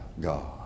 God